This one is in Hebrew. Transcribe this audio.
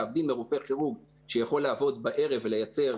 להבדיל מרופא חירום שיכול לעבוד בערב ולייצר